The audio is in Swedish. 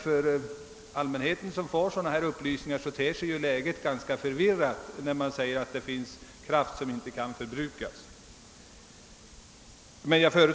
För allmänheten ter sig emellertid läget säkerligen ganska förvirrat när den får höra att det finns kraft som inte kan förbrukas.